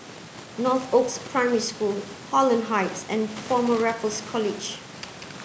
Northoaks Primary School Holland Heights and Former Raffles College